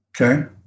Okay